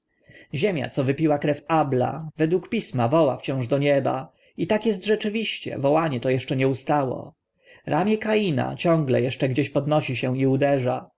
ziemia co wypiła krew abla według pisma woła wciąż do nieba i tak est rzeczywiście wołanie to eszcze nie ustało ramię kaina ciągle eszcze gdzieś podnosi się i uderza